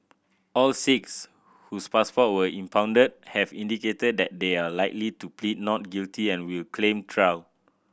all six whose passport were impounded have indicated that they are likely to plead not guilty and will claim trial